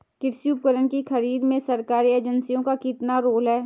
कृषि उपकरण की खरीद में सरकारी एजेंसियों का कितना रोल है?